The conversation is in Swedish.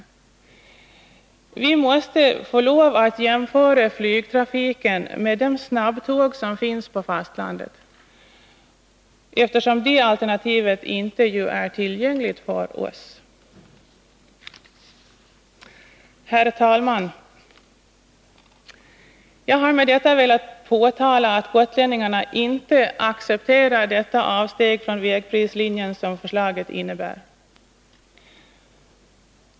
Vi måste få jämföra flygtrafiken med de snabbtåg som finns på fastlandet, eftersom detta alternativ ju inte är tillgängligt för oss. Herr talman! Jag har med detta velat understryka att gotlänningarna inte accepterar det avsteg från vägprislinjen som förslaget innebär.